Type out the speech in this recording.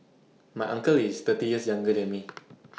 my uncle is thirty years younger than me